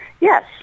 Yes